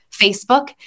Facebook